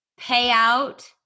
payout